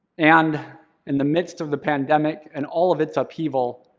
and in the midst of the pandemic and all of its upheaval,